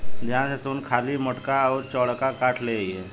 ध्यान से सुन खाली मोटका अउर चौड़का काठ ले अइहे